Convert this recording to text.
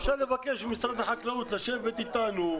אם אפשר לבקש ממשרד החקלאות לשבת איתנו.